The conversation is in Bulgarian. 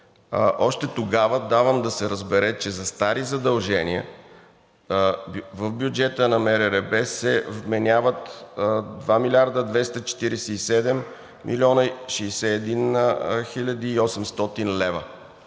още тогава давам да се разбере, че за стари задължения в бюджета на МРРБ се вменяват 2 млрд. 247 млн. 61 хил. 800 лв.